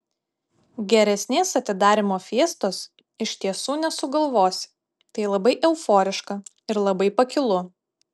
geresnės atidarymo fiestos iš tiesų nesugalvosi tai labai euforiška ir labai pakilu